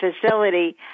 facility